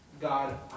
God